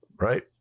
right